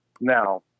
Now